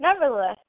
nevertheless